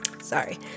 sorry